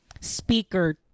speaker